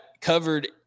covered